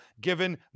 given